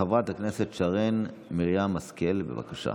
חברת הכנסת שרן מרים השכל, בבקשה.